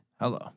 Hello